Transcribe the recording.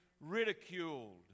ridiculed